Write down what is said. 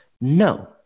No